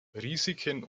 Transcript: risiken